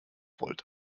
volt